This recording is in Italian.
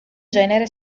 genere